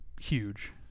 huge